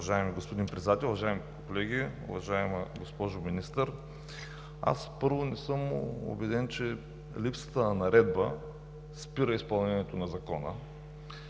Уважаеми господин Председател, уважаеми колеги! Уважаема госпожо Министър, първо, аз не съм убеден, че липсата на наредба спира изпълнението на Закона.